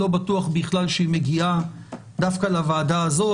לא בטוח בכלל שהיא מגיעה דווקא לוועדה הזאת,